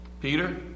Peter